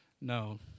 No